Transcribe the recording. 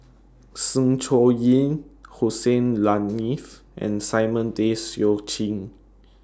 Sng Choon Yee Hussein Haniff and Simon Tay Seong Chee